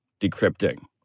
decrypting